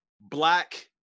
black